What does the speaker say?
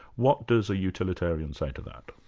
what does a utilitarian say to that?